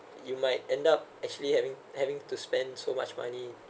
you might end up actually having having to spend so much money